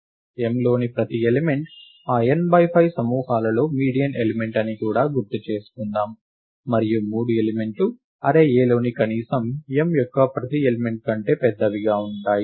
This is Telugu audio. M లోని ప్రతి ఎలిమెంట్ ఆ n 5 సమూహాల లో మీడియన్ ఎలిమెంట్ అని కూడా గుర్తుచేసుకుందాం మరియు 3 ఎలిమెంట్లు అర్రే Aలో కనీసం M యొక్క ప్రతి ఎలిమెంట్ కంటే పెద్దవిగా ఉంటాయి